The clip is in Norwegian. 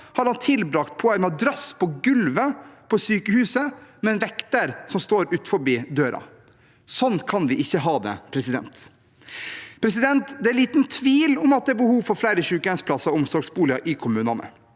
har han tilbrakt på en madrass på gulvet på sykehuset med en vekter som står utenfor døren. Sånn kan vi ikke ha det. Det er liten tvil om at det er behov for flere sykehjemsplasser og omsorgsboliger i kommunene.